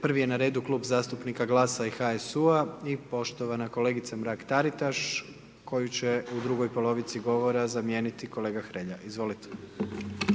prvi je na redu Klub zastupnika GLAS-a i HSU-a i poštovana kolegica Mrak Taritaš, koju će u drugoj polovici govora zamijeniti kolega Hrelja, izvolite.